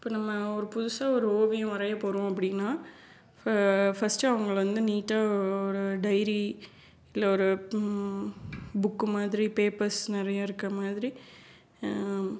இப்போ நம்ம ஒரு புதுசாக ஒரு ஓவியம் வரைய போகிறோம் அப்படினா இப்போ ஃபஸ்ட் அவங்கள வந்து நீட்டாக ஒரு டைரி இல்லை ஒரு புக்கு மாதிரி பேப்பர்ஸ் நிறைய இருக்கற மாதிரி